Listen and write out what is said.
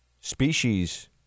Species